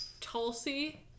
Tulsi